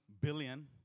billion